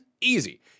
Easy